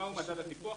מהו מדד הטיפוח?